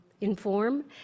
inform